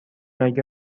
مگه